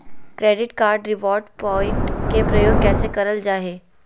Credit card reward point के प्रयोग कैसे करल जा है?